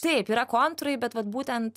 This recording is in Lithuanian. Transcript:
taip yra kontūrai bet vat būtent